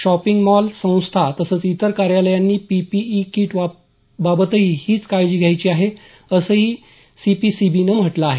shopping mall संस्था तसंच इतर कार्यालयांनी पीपीई कीट बाबतही हीच काळजी घ्यायची आहे असही सी पी सी बी नं म्हटलं आहे